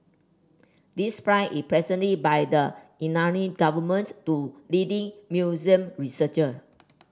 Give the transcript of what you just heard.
this prize is presented by the Iranian government to leading Muslim researcher